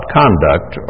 conduct